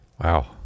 Wow